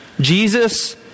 Jesus